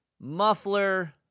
muffler